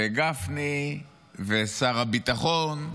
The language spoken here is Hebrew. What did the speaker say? גפני ושר הביטחון,